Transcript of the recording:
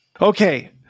Okay